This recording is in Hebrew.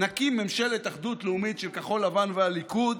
נקים ממשלת אחדות לאומית של כחול לבן והליכוד,